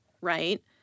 right